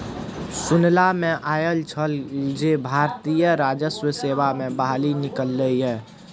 सुनला मे आयल छल जे भारतीय राजस्व सेवा मे बहाली निकललै ये